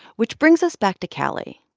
which brings us back to callie